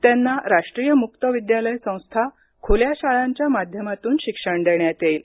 त्यांना राष्ट्रीय मुक्त विद्यालय संस्था खुल्या शाळांच्या माध्यमातून शिक्षण देण्यात येईल